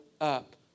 up